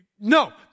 No